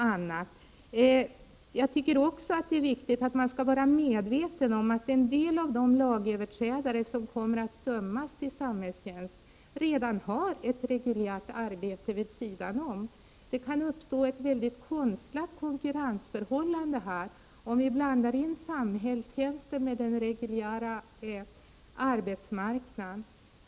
Det är också viktigt att vara medveten om att en del av de lagöverträdare som kommer att dömas till samhällstjänst redan har ett reguljärt arbete vid sidan om. Det kan uppstå ett konstlat konkurrensförhållande, om vi blandar samhällstjänsten med reguljära arbeten.